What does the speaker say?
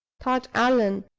thought allan,